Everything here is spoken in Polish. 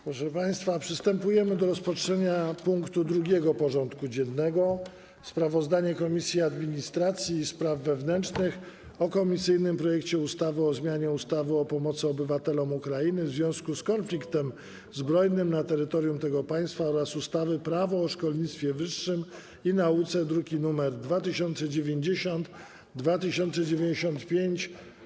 Przystępujemy do rozpatrzenia punktu 2. porządku dziennego: Sprawozdanie Komisji Administracji i Spraw Wewnętrznych o komisyjnym projekcie ustawy o zmianie ustawy o pomocy obywatelom Ukrainy w związku z konfliktem zbrojnym na terytorium tego państwa oraz ustawy - Prawo o szkolnictwie wyższym i nauce (druki nr 2090 i 2095)